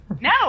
No